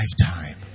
lifetime